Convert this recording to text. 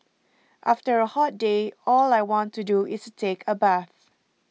after a hot day all I want to do is take a bath